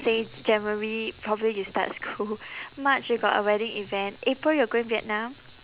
say january probably you start school march you got a wedding event april you're going vietnam